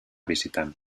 bisitan